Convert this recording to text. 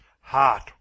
heart